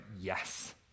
Yes